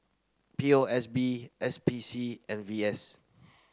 P O S B S P C and V S